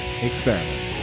experiment